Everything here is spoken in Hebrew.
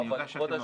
אני יודע שלא.